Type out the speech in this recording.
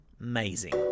Amazing